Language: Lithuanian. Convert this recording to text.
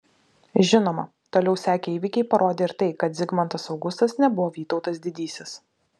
žinoma toliau sekę įvykiai parodė ir tai kad zigmantas augustas nebuvo vytautas didysis